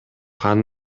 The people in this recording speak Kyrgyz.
кан